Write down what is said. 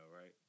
right